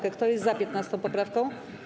Kto jest za 15. poprawką?